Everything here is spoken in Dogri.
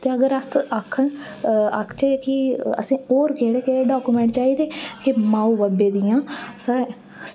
ते अगर अस आखन आखचै कि असें होर केह्ड़े केह्ड़े डॉक्यूमेंट चाहिदे कि माऊ बब्बै दियां